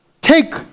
Take